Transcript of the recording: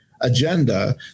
agenda